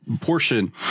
portion